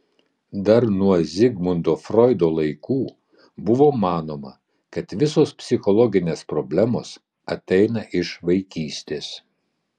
dar nuo zigmundo froido laikų buvo manoma kad visos psichologinės problemos ateina iš vaikystės